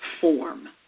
form